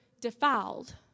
defiled